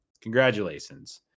Congratulations